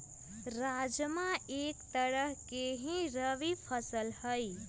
राजमा एक तरह के ही रबी फसल हई